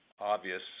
obvious